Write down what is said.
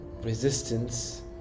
resistance